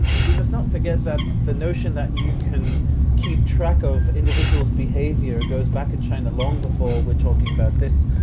we must not forget that the notion that you can keep track of individuals' behaviour, it goes back in china long before we are talking about this,